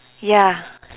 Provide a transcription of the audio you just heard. ya